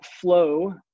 flow